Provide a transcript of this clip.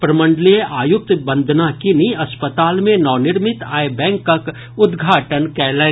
प्रमंडलीय आयुक्त वंदना किनी अस्पताल मे नवनिर्मित आई बैंकक उद्घाटन कयलनि